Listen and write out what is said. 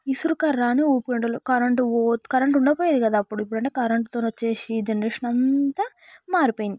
ఇసురు కర్రను ఊపుకుండే వాళ్ళు కరెంటు పోతే కరెంటు ఉండకపోయేది కదా అప్పుడైతే ఇప్పుడైతే కరెంట్ వచ్చి జనరేషన్ అంతా మారిపోయింది